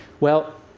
well,